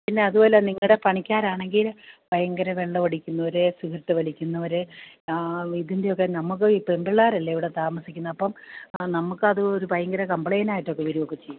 പിന്നെ അതും അല്ല നിങ്ങളുടെ പണിക്കാരാണെങ്കിൽ ഭയങ്കര വെള്ളം അടിക്കുന്നവർ സിഗരറ്റ് വലിക്കുന്നവർ ഇതിൻറ്റെയൊക്കെ നമുക്ക് ഈ പെൺപിള്ളേരല്ലേ ഇവിടെ താമസിക്കുന്നത് അപ്പം നമുക്ക് അത് ഒരു ഭയങ്കര കംപ്ലെയിന്റ് ആയിട്ടൊക്കെ വരികയൊക്കെ ചെയ്യും